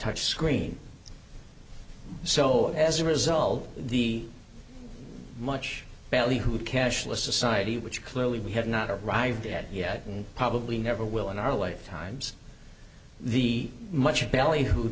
touch screen so as a result the much ballyhooed cashless society which clearly we have not arrived at yet and probably never will in our lifetimes the much bally